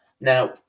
Now